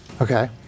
Okay